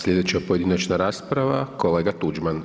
Slijedeća pojedinačna rasprava kolega Tuđman.